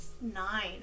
nine